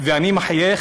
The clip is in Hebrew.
וגם אני מחייך